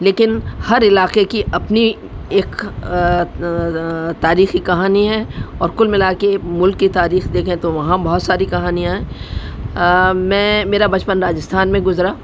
لیکن ہر علاقے کی اپنی ایک تاریخی کہانی ہے اور کل ملا کے ملک کی تاریخ دیکھیں تو وہاں بہت ساری کہانیاں ہیں میں میرا بچپن راجستھان میں گزرا